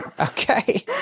Okay